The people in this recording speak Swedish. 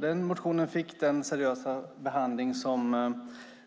Den motionen fick den seriösa behandling som